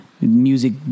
music